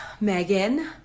Megan